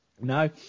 No